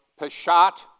Peshat